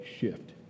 shift